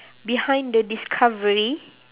behind the discovery